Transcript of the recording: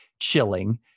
chilling